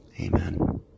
Amen